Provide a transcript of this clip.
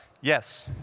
Yes